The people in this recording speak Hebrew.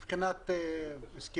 למכור בנפרד, מבחינת ההסכמים?